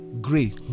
Gray